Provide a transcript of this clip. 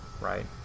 Right